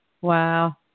Wow